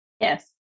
Yes